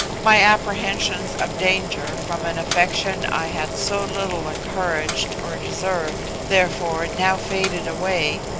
my apprehensions of danger from an affection i had so little encouraged or deserved, therefore, now faded away,